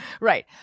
Right